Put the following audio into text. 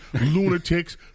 lunatics